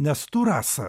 nes tu rasa